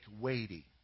weighty